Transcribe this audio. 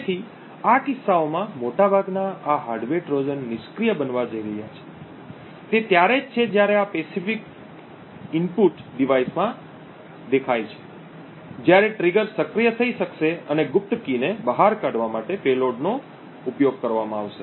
તેથી આ કિસ્સાઓમાં મોટાભાગના આ હાર્ડવેર ટ્રોજન નિષ્ક્રિય બનવા જઇ રહ્યા છે તે ત્યારે જ છે જ્યારે આ પેસિફિક ઇનપુટ ડિવાઇસમાં દેખાય છે જ્યારે ટ્રિગર સક્રિય થઈ શકશે અને ગુપ્ત કી ને બહાર કાઢવા માટે પેલોડનો ઉપયોગ કરવામાં આવશે